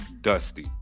Dusty